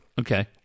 Okay